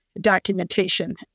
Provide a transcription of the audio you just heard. documentation